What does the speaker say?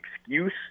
excuse